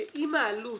שאם העלות